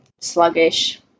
sluggish